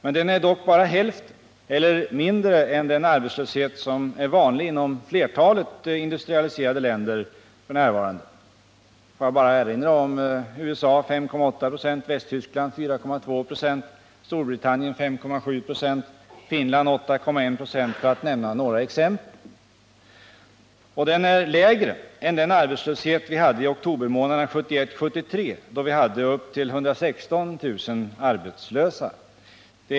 Arbetslösheten är dock mindre än den som är vanlig inom flertalet industrialiserade länder f. n. Jag vill här erinra om att arbetslösheten i USA ligger på 5,8 ?6,i Västtyskland på 4,2 ?6,i Storbritannien på 5,7 ?0 och i Finland på 8,1 26 för att nämna några exempel. Arbetslösheten är mindre än den vi hade under oktobermånaderna 1971-1973, då vi hade upp till 116 000 arbetslösa.